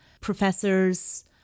professors